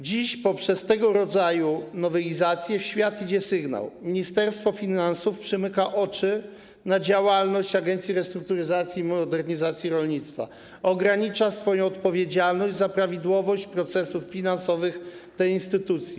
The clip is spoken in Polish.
Dziś poprzez tego rodzaju nowelizację w świat idzie sygnał: Ministerstwo Finansów przymyka oczy na działalność Agencji Restrukturyzacji i Modernizacji Rolnictwa, ogranicza swoją odpowiedzialność za prawidłowość procesów finansowych tej instytucji.